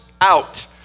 out